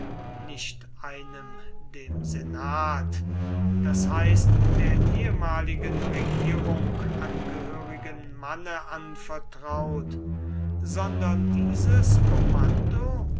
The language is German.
nicht einem dem senat das heißt der ehemaligen regierung angehörigen manne anvertraut sondern dieses kommando